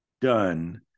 done